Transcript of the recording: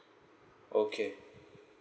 okay